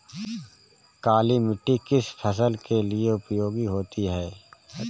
काली मिट्टी किस फसल के लिए उपयोगी होती है?